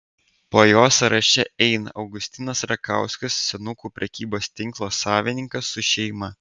po jo sąraše eina augustinas rakauskas senukų prekybos tinko savininkas su šeima